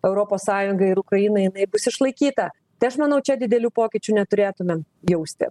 europos sąjungai ir ukrainai jinai bus išlaikyta tai aš manau čia didelių pokyčių neturėtume jausti